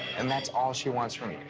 and that's all she wants from you.